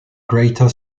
greater